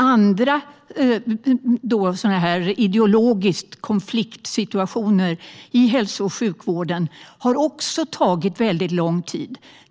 Andra ideologiska konfliktsituationer i hälso och sjukvården har också tagit väldigt lång tid.